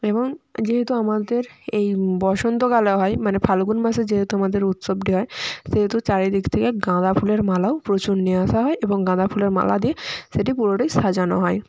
এবং যেহেতু আমাদের এই বসন্তকালে হয় মানে ফাল্গুন মাসে যেহেতু আমাদের উৎসবটি হয় সেহেতু চারিদিক থেকে গাঁদা ফুলের মালাও প্রচুর নিয়ে আসা হয় এবং গাঁদা ফুলের মালা দিয়ে সেটি পুরোটাই সাজানো হয়